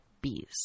bees